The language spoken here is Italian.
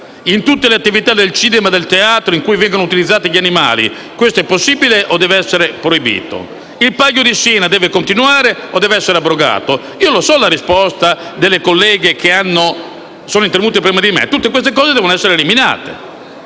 In tutte le attività del cinema e del teatro in cui vengano utilizzati gli animali questo è possibile o deve essere proibito? Il Palio di Siena deve continuare o essere abrogato? Io conosco la risposta delle colleghe che sono intervenute prima di me: tutte queste cose devono essere eliminate.